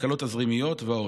הקלות תזרימיות ועוד.